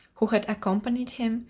who had accompanied him,